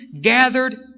gathered